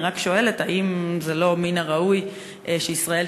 אני רק שואלת אם לא מן הראוי שישראל